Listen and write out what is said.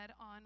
on